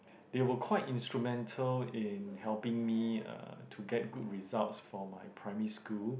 they were quite instrumental in helping me uh to get good result for my primary school